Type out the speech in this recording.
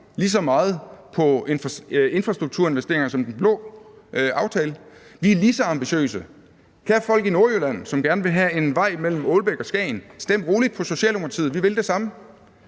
lige så meget på infrastrukturinvesteringer som i den blå aftale. Vi er lige så ambitiøse. Kære folk i Nordjylland, som gerne vil have en vej mellem Ålbæk og Skagen, stem roligt på Socialdemokratiet, for vi vil det samme.